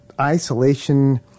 isolation